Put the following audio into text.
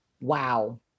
Wow